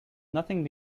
nothing